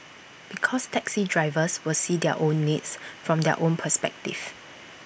because taxi drivers will see their own needs from their own perspective